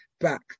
back